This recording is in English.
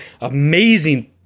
amazing